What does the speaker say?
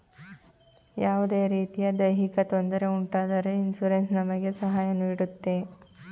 ಯಾವುದೇ ರೀತಿಯ ದೈಹಿಕ ತೊಂದರೆ ಉಂಟಾದರೆ ಇನ್ಸೂರೆನ್ಸ್ ನಮಗೆ ಸಹಾಯ ನೀಡುತ್ತೆ